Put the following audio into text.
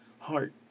heart